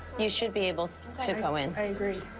you should be able to go in. i agree.